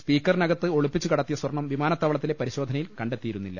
സ്പീക്കറിനകത്ത് ഒളിപ്പിച്ചു കടത്തിയ സ്വർണം വിമാന ത്താവളത്തിലെ പരിശോധനയിൽ കണ്ടെത്തിയിരുന്നില്ല